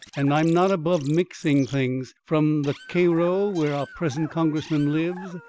and i'm not above mixing things. from the cairo where our present congressman lives,